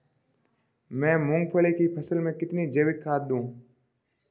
मैं मूंगफली की फसल में कितनी जैविक खाद दूं?